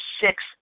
six